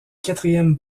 quatrième